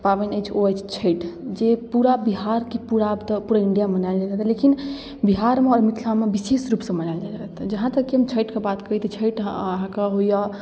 पाबनि अछि ओ अछि छठि जे पूरा बिहारके पूरा आब तऽ पूरा इण्डियामे मनाएल जाइ छै लेकिन बिहारमे आओर मिथिलामे विशेष रूपसँ मनाएल जाइ छै जहाँ तक कि हम छठिके बात करी तऽ छठि अहाँके होइए